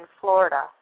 Florida